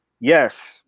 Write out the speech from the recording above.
Yes